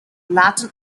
latin